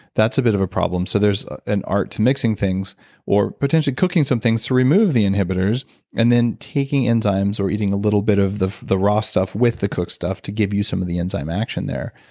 that's a bit of a problem. so there's an art to mixing things or potentially cooking some things to remove the inhibitors and then taking enzymes, or eating a little bit of the the raw stuff with the cooked stuff to give you some of the enzyme action there,